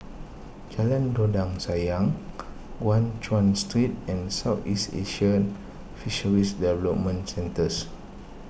Jalan Dondang Sayang Guan Chuan Street and Southeast Asian Fisheries Development Centres